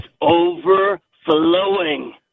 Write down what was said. overflowing